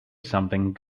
something